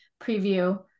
preview